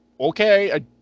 okay